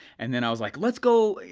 and then i was like let's go, you